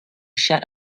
shut